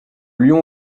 lyon